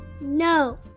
No